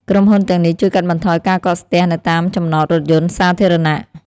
ក្រុមហ៊ុនទាំងនេះជួយកាត់បន្ថយការកកស្ទះនៅតាមចំណតរថយន្តសាធារណៈ។